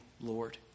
Lord